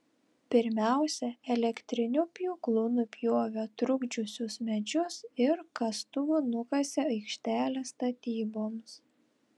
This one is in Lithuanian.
pirmiausia elektriniu pjūklu nupjovė trukdžiusius medžius ir kastuvu nukasė aikštelę statyboms